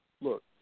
Look